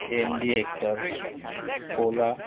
MG hector Skoda